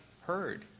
heard